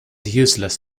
useless